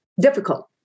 difficult